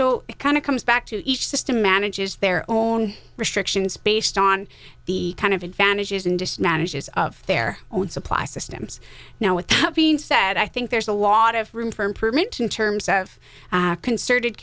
so it kind of comes back to each system manages their own restrictions based on the kind of advantages and disadvantages of their own supply systems now with being said i think there's a lot of room for improvement in terms of concerted